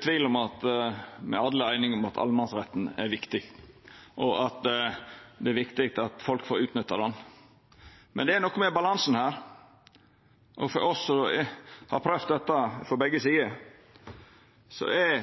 tvil om at alle er einige om at allemannsretten er viktig, og at det er viktig at folk får utnytta han. Men det er noko med balansen her. For oss som har prøvd dette frå begge sider, er